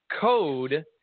code